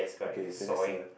okay then that's a